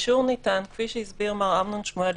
הוא ניתן, כפי שהסביר מר אמנון שמואלי,